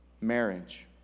Marriage